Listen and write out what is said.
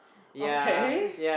okay